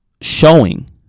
showing